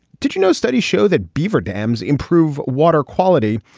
did you know studies show that beaver dams improve water quality?